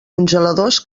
congeladors